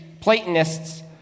Platonists